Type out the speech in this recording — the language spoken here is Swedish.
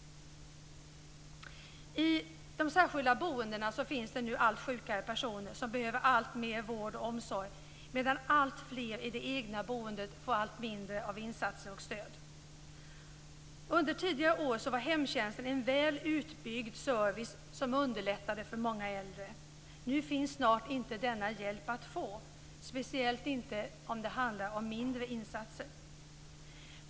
I de särskilda boendeformerna finns det nu allt sjukare personer, som behöver alltmer vård och omsorg, medan alltfler i det egna boendet får allt mindre av insatser och stöd. Under tidigare år var hemtjänsten en väl utbyggd service som underlättade för många äldre. Nu finns snart inte denna hjälp att få, speciellt inte om det handlar om mindre insatser.